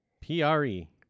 P-R-E